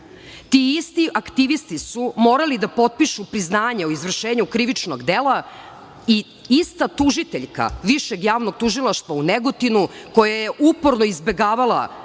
isti aktivisti su morali da potpišu priznanje o izvršenju krivičnog dela i ista tužiteljka Višeg javnog tužilaštva u Negotinu koja je uporno izbegavala